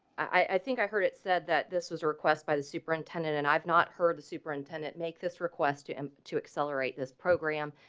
i, i think i heard it said that this was a request by the superintendent and i've not heard the superintendent make this request him to accelerate this program